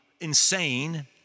insane